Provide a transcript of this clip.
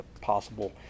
possible